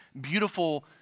beautiful